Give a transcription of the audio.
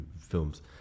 films